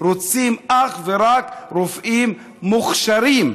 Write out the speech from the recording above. רוצים אך ורק רופאים מוכשרים,